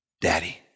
Daddy